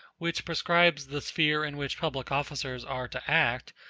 which prescribes the sphere in which public officers are to act,